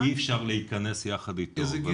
אי אפשר להכנס יחד איתו.